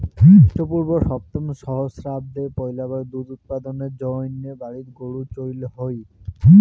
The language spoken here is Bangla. খ্রীষ্টপূর্ব সপ্তম সহস্রাব্দে পৈলাবার দুধ উৎপাদনের জইন্যে বাড়িত গরু চইল হই